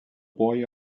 boy